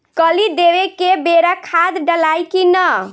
कली देवे के बेरा खाद डालाई कि न?